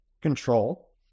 control